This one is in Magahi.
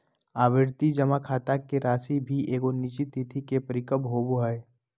आवर्ती जमा खाता के राशि भी एगो निश्चित तिथि के परिपक्व होबो हइ